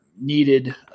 needed